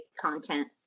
content